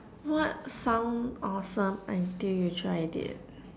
what sound awesome until you tried it